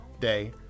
day